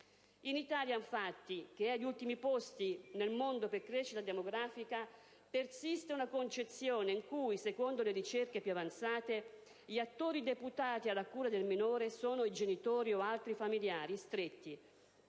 In Italia, infatti, che è agli ultimi posti nel mondo per crescita demografica, persiste una concezione in cui, secondo le ricerche più avanzate, gli attori deputati alla cura del minore sono i genitori o altri familiari stretti